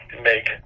make